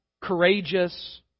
courageous